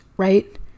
right